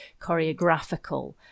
choreographical